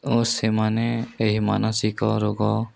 ଓ ସେମାନେ ଏହି ମାନସିକ ରୋଗ